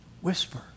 Whisper